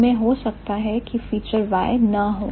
उनमें हो सकता है कि फीचर Y ना हो